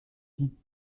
dit